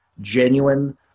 genuine